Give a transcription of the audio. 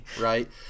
Right